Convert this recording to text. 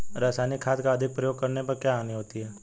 रासायनिक खाद का अधिक प्रयोग करने पर क्या हानि होती है?